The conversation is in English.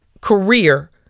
career